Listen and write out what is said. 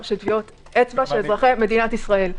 טביעות אצבע של אזרחי מדינת ישראל.